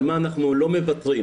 על מה אנחנו לא מוותרים,